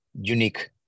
unique